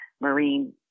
marine